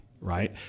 right